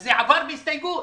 זה עבר בהסתייגות.